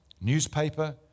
newspaper